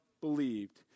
believed